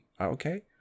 Okay